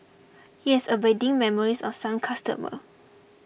he has abiding memories of some customer